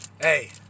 hey